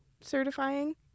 certifying